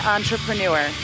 Entrepreneur